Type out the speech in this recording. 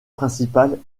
principale